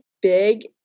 big